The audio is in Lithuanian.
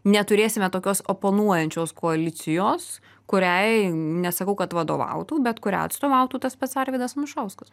neturėsime tokios oponuojančios koalicijos kuriai nesakau kad vadovautų bet kurią atstovautų tas pats arvydas anušauskas